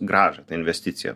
grąžą ta investicija